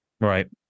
Right